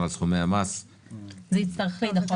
על סכומי המס --- זה יצטרך להידחות.